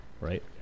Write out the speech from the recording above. right